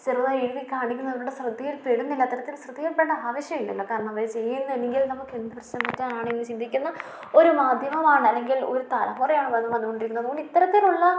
ചെറുതായി എഴുതിക്കാണിക്കുന്നത് നമ്മുടെ ശ്രദ്ധയിൽപ്പെടുന്നില്ല അത്തരത്തിൽ ശ്രദ്ധയിൽപ്പെടേണ്ട ആവിശ്യം ഇല്ലല്ലോ കാരണം അവർ ചെയ്യുന്നില്ലെങ്കിൽ നമുക്ക് എന്തു പ്രശ്നം പറ്റാനാണെങ്കിൽ ചിന്തിക്കുന്ന ഒരു മാധ്യമമാണ് അല്ലെങ്കിൽ ഒരു തലമുറയാണ് വന്നുകൊണ്ടിരിക്കുന്നത് അതുകൊണ്ട് ഇത്തരത്തിലുള്ള